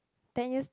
ten years